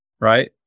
Right